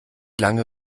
lange